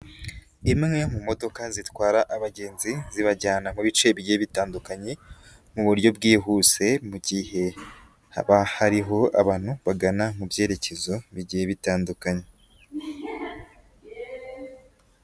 Rimwe mu modoka zitwara abagenzi zibajyana mu bice bigiye bitandukanye mu buryo bwihuse mu gihe haba hariho abantu bagana mu byerekezo bigiye bitandukanye.